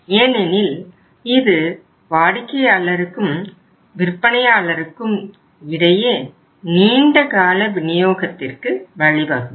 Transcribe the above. ஏனெனில் இது வாடிக்கையாளருக்கும் விற்பனையாளருக்கும் இடையே நீண்ட கால விநியோகத்திற்கு வழிவகுக்கும்